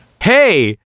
hey